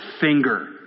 finger